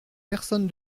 personne